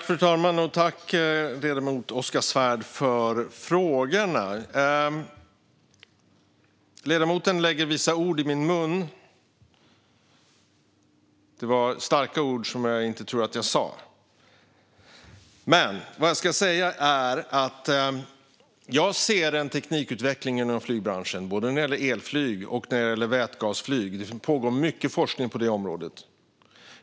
Fru talman! Jag tackar ledamoten Oskar Svärd för frågorna. Ledamoten lägger vissa ord i min mun. Det är starka ord som jag inte tror att jag sa. Jag ser en teknikutveckling inom flygbranschen när det gäller både elflyg och vätgasflyg. Det pågår mycket forskning på det området.